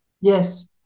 Yes